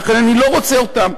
ולכן אני לא רוצה אותם.